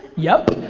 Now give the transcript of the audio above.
yep,